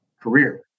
career